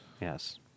yes